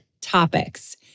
topics